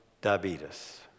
diabetes